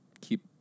keep